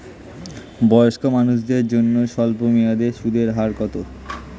বয়স্ক মানুষদের জন্য স্বল্প মেয়াদে সুদের হার কত?